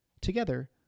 Together